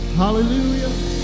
hallelujah